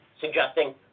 suggesting